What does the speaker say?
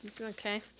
Okay